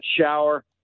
shower